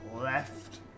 LEFT